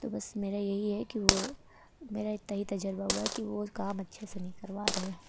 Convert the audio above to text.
تو بس میرا یہی ہے کہ وہ میرا اتنا ہی تجربہ ہوا کہ وہ کام اچھے سے نہیں کروا رہے ہیں